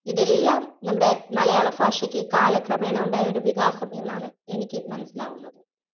ഇതെല്ലാം നമ്മുടെ മലയാളം ഭാഷയ്ക്ക് കാലക്രമേണ ഉണ്ടായ ഒരു വികാസം എന്നാണ് എനിക്ക് മനസ്സിലാകുന്നത്